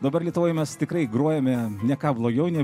dabar lietuvoj mes tikrai grojame ne ką blogiau nei